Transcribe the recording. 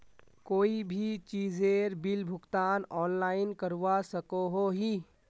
कोई भी चीजेर बिल भुगतान ऑनलाइन करवा सकोहो ही?